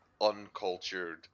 uncultured